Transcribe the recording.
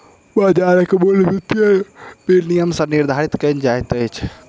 बाजारक मूल्य वित्तीय विनियम सॅ निर्धारित कयल जाइत अछि